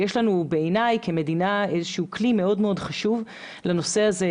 בעיני כמדינה יש לנו כלי מאוד חשוב לנושא הזה.